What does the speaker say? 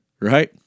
right